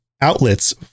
outlets